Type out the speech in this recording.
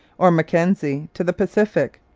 or mackenzie to the pacific,